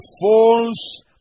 false